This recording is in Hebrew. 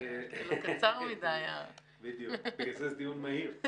לכן זה דיון מהיר...